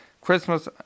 Christmas